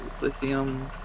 lithium